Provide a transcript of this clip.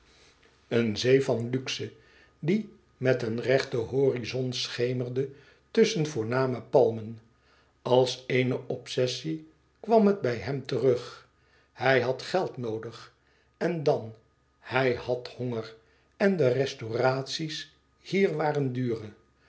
eene zee van luxe die met een rechten horizon schemerde tusschen voorname palmen als eene obsessie kwam het bij hem terug hij had geld noodig en dan hij had honger en de restauratie's hier waren dure